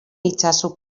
itzazu